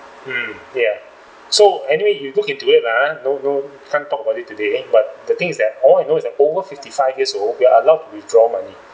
mm ya so anyway you look into it ah no no can't talk about it today but the thing is that all you know is that over fifty-five years old we are allowed to withdraw money